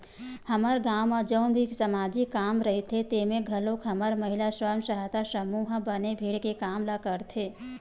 हमर गाँव म जउन भी समाजिक काम रहिथे तेमे घलोक हमर महिला स्व सहायता समूह ह बने भीड़ के काम ल करथे